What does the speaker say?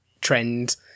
trend